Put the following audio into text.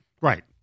right